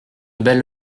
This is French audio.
belle